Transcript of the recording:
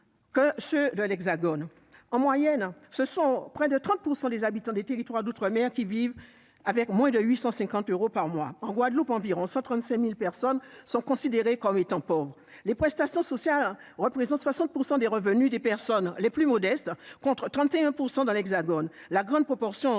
de l'Hexagone. Près de 30 % des habitants des territoires d'outre-mer vivent avec moins de 850 euros par mois. En Guadeloupe, environ 135 000 personnes sont considérées comme étant pauvres. Les prestations sociales représentent 60 % des revenus des personnes les plus modestes, contre 31 % dans l'Hexagone. Une grande partie